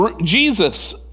Jesus